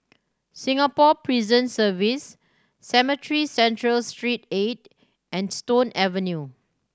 Singapore Prison Service Cemetry Central Street Eight and Stone Avenue